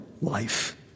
life